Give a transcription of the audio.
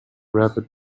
rapid